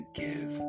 give